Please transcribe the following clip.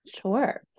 Sure